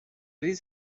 ریز